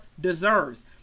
deserves